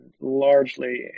largely